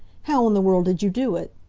how in the world did you do it?